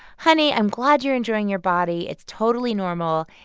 honey, i'm glad you're enjoying your body. it's totally normal.